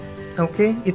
Okay